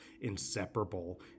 inseparable